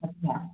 अच्छा